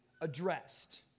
addressed